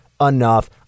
enough